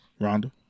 Rhonda